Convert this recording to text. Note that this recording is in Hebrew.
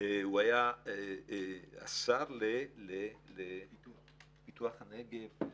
הוא היה השר לפיתוח הנגב.